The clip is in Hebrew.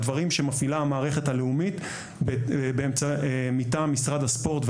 על דברים שמפעילה המערכת הלאומית מטעם משרד הספורט,